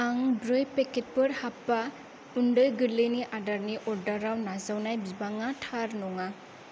आं ब्रै पेकेटफोर हाप्पा उन्दै गोरलैनि आदारनि अर्डाराव नाजावनाय बिबाङा थार नङा